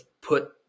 put